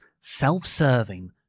self-serving